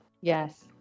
Yes